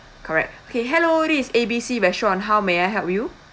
okay hello this is A B C restaurant how may I help you